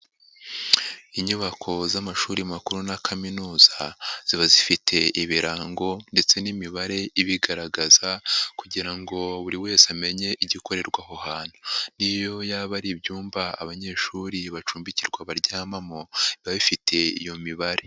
Inyubako z'amashuri makuru na kaminuza ziba zifite ibirango ndetse n'imibare ibigaragaza kugira ngo buri wese amenye igikorerwa aho hantu, niyo yaba ari ibyumba abanyeshuri bacumbikirwa baryamamo biba bifiti iyo mibare.